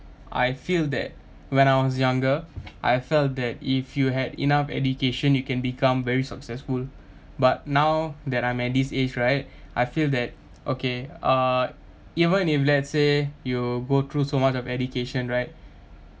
I feel that when I was younger I felt that if you had enough education you can become very successful but now that I'm at this age right I feel that okay uh even if let's say you go through so much of education right